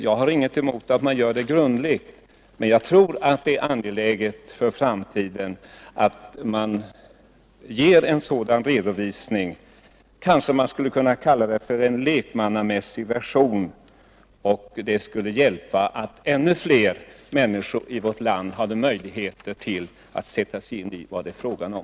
Jag har ingenting emot att det görs en grundlig redovisning av ett utredningsförslag, men jag anser det angeläget för framtiden att en sådan re dovisning ges en låt mig säga lekmannamässig version så att ännu fler människor i vårt land får möjlighet att sätta sig in i vad det är fråga om.